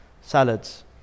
salads